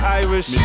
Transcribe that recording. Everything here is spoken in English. irish